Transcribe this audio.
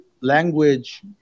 language